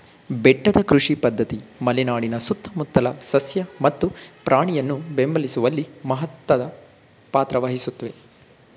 ಬೆಟ್ಟದ ಕೃಷಿ ಪದ್ಧತಿ ಮಲೆನಾಡಿನ ಸುತ್ತಮುತ್ತಲ ಸಸ್ಯ ಮತ್ತು ಪ್ರಾಣಿಯನ್ನು ಬೆಂಬಲಿಸುವಲ್ಲಿ ಮಹತ್ವದ್ ಪಾತ್ರ ವಹಿಸುತ್ವೆ